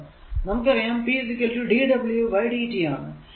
നമുക്കറിയാം p dw by dt ആണ്